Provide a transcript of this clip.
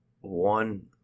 one